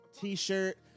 t-shirt